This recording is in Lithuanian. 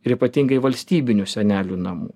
ir ypatingai valstybinių senelių namų